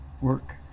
work